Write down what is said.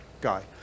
guy